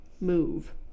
move